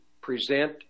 present